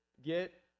get